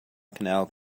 canal